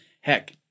Heck